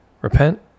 Repent